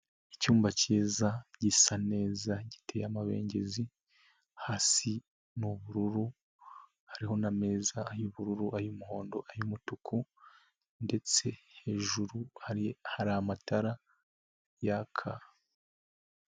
Icyumba kiza gisa neza, giteye amabengezi, hasi ni ubururu, hariho n'ameza: ay'bururu, ay'umuhondo, ay'umutuku ndetse hejuru hari amatara yaka.